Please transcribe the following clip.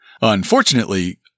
Unfortunately